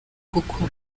gukora